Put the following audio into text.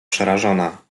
przerażona